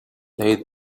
they